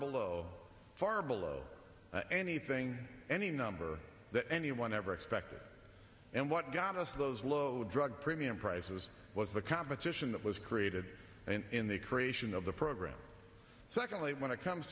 below far below anything any number that anyone ever expected and what got us those low drug premium prices was the competition that was created in the creation of the program secondly when it comes